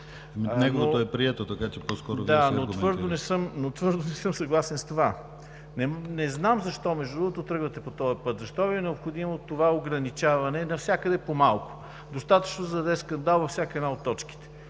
Неговото е прието, така че по-скоро Вие се аргументирайте. АНТОН КУТЕВ: Но твърдо не съм съгласен с това. Не знам защо, между другото, тръгвате по тоя път, защо Ви е необходимо това ограничаване навсякъде по малко, достатъчно за да създаде скандал във всяка една от точките.